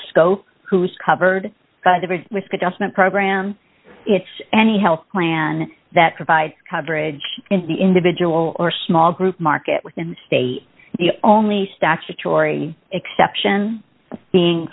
scope who's covered it doesn't program it's any health plan that provides coverage in the individual or small group market within the state the only statutory exception being